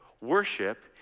worship